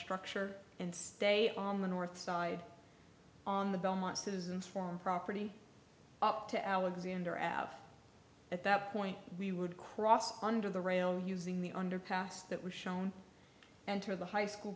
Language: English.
structure and stay on the north side on the belmont citizens form property up to alexander out at that point we would cross under the rail using the underpass that was shown and to the high school